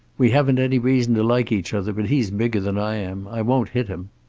we haven't any reason to like each other, but he's bigger than i am. i won't hit him.